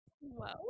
Whoa